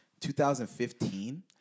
2015